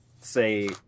say